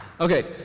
Okay